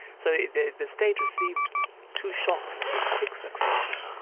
so the the state received two shocks in quick succession,